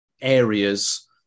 areas